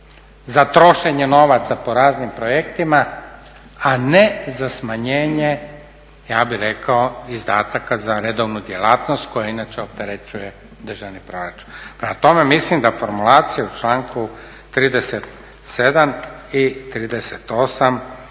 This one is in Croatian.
za trošenje novaca po raznim projektima a ne za smanjenje ja bih rekao izdataka za redovnu djelatnost koja inače opterećuje državni proračun. Prema tome, mislim da formulacija u članku 37. i 38.